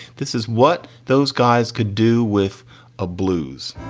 this is what those guys could do with a blues.